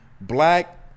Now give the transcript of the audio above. black